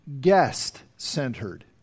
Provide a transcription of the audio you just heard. guest-centered